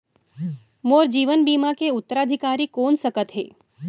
मोर जीवन बीमा के उत्तराधिकारी कोन सकत हे?